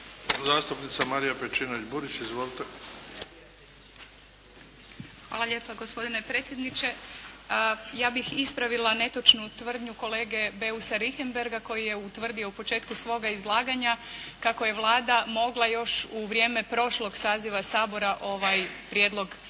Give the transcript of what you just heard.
Burić, Marija (HDZ)** Hvala lijepa gospodine predsjedniče. Ja bih ispravila netočnu tvrdnju kolege Beusa Richembergha koji je utvrdio u početku svoga izlaganja kako je Vlada mogla još u vrijeme prošlog saziva Sabora ovaj prijedlog, nacrt